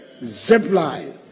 Zipline